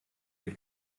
wir